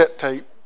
tape